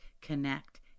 connect